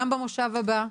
גם במושב הבא,